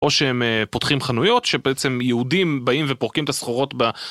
או שהם פותחים חנויות שבעצם יהודים באים ופורקים את הסחורות ב...